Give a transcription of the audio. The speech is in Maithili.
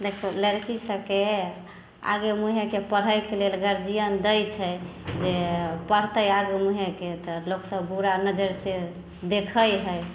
देखू लड़कीसभके आगे मुँहेके पढ़ैके लेल गार्जिअन दै छै जे पढ़तै आगे मुँहेके तऽ लोकसभ बुरा नजरि से देखै हइ